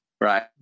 right